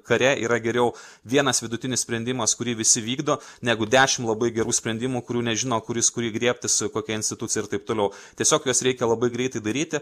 kare yra geriau vienas vidutinis sprendimas kurį visi vykdo negu dešim labai gerų sprendimų kurių nežino kuris kurį griebtis kokia institucija ir taip toliau tiesiog juos reikia labai greitai daryti